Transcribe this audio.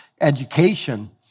education